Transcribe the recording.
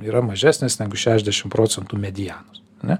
yra mažesnės negu šešiasdešim procentų medianos ane